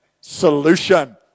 Solution